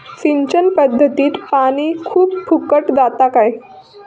सिंचन पध्दतीत पानी खूप फुकट जाता काय?